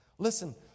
Listen